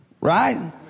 right